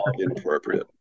inappropriate